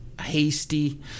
Hasty